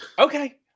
Okay